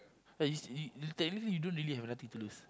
ya you you technically you don't really have nothing to lose